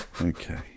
Okay